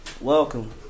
welcome